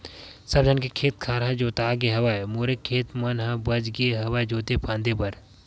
सब झन के खेत खार ह जोतागे हवय मोरे खेत मन ह बचगे हवय जोते फांदे बर